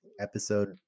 episode